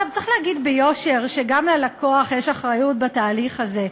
צריך להגיד ביושר שגם ללקוח יש אחריות בתהליך הזה,